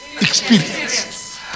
experience